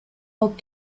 алып